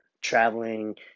traveling